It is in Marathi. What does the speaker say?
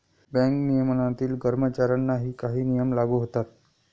बँक नियमनातील कर्मचाऱ्यांनाही काही नियम लागू होतात